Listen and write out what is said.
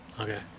Okay